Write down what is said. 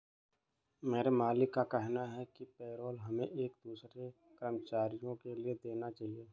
मेरे मालिक का कहना है कि पेरोल हमें एक दूसरे कर्मचारियों के लिए देना चाहिए